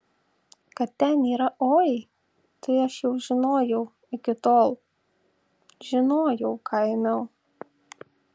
kad ten yra oi tai aš jau žinojau iki tol žinojau ką ėmiau